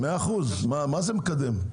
מה זה מקדם?